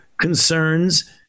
concerns